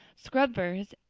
scrub firs,